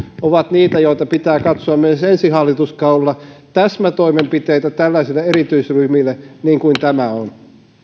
ovat niitä joita pitää katsoa myös ensi hallituskaudella täsmätoimenpiteitä tällaisille erityisryhmille niin kuin tämä on